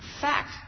fact